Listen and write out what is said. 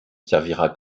servira